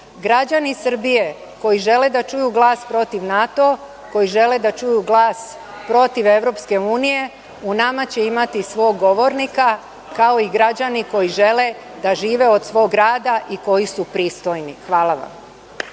Srbije koji žele da čuju glas protiv NATO, koji žele da čuju glas protiv EU, u nama će imati svog govornika, kao i građani koji žele da žive od svog rada i koji su pristojni. Hvala vam.